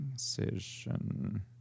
Decision